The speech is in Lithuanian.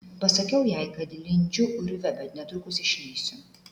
pasakiau jai kad lindžiu urve bet netrukus išlįsiu